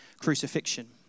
crucifixion